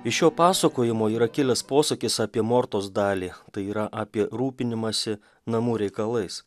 iš šio pasakojimo yra kilęs posakis apie mortos dalį tai yra apie rūpinimąsi namų reikalais